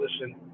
listen